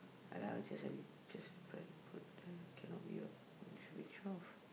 ya lah I just any just go and put there cannot be what should be twelve